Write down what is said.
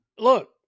Look